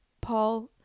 Paul